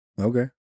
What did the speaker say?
okay